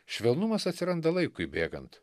švelnumas atsiranda laikui bėgant